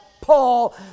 Paul